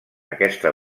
aquesta